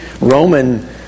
Roman